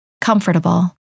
comfortable